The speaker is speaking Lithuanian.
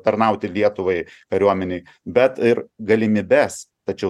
tarnauti lietuvai kariuomenėj bet ir galinibes tačiau